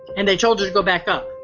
and they told us to go back up.